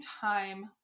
time